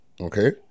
Okay